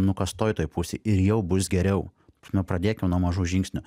nukastoj toj pusėj ir jau bus geriau ta prasme pradėkim nuo mažų žingsnių